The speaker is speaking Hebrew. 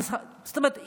זאת אומרת,